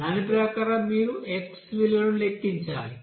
దాని ప్రకారం మీరు x విలువను లెక్కించాలి